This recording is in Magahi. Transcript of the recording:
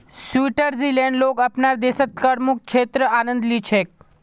स्विट्जरलैंडेर लोग अपनार देशत करमुक्त क्षेत्रेर आनंद ली छेक